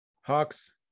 Hawks